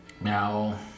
Now